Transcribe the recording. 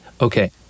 Okay